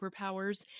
superpowers